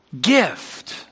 gift